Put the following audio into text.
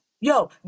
yo